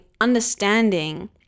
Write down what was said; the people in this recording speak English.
understanding